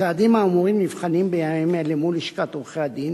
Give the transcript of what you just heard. הצעדים האמורים נבחנים בימים אלו מול לשכת עורכי-הדין,